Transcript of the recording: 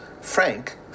Frank